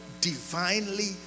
divinely